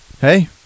Hey